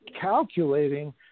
calculating